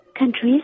countries